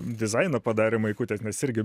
dizainą padarė maikutės nes irgi